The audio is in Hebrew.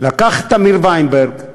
לקח את וינברג,